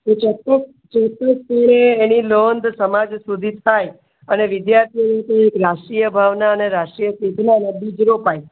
ચોક્કસ ચોક્કસપણે એની નોંધ સમાજ સુધી થાય અને વિદ્યાર્થી રીતે એક રાષ્ટ્રીય ભાવના અને રાષ્ટ્રીય ચેતનાનાં બીજ રોપાય